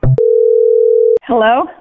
Hello